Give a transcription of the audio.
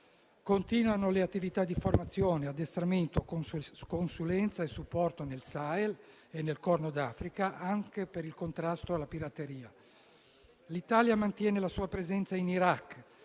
Continuano le attività di formazione e addestramento, consulenza e supporto nel Sahel e nel Corno d'Africa anche per il contrasto alla pirateria. L'Italia mantiene la sua presenza in Iraq,